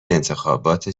انتخابات